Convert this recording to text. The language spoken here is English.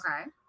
okay